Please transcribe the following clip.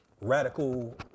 radical